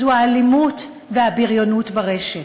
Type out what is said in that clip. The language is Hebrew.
זו האלימות והבריונות ברשת.